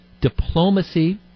diplomacy